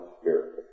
Spirit